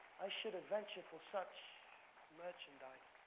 i should adventure for such merchandise.